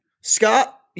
Scott